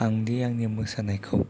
आंदि आंनि मोसानायखौ